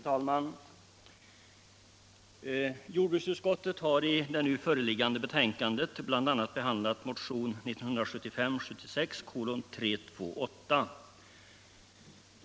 Herr talman! Jordbruksutskottet har i det föreliggande betänkandet bl.a. behandlat motionen 1975/76:328.